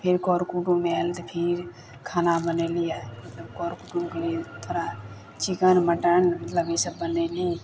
फेर कर कुटुम आएल तऽ फेर खाना बनेलिए मतलब कर कुटुमके लिए थोड़ा चिकन मटन मतलब ईसब बनेली